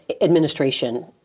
administration